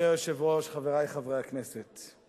אדוני היושב-ראש, חברי חברי הכנסת,